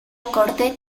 corte